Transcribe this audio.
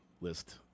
list